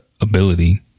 ability